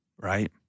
right